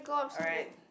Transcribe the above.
alright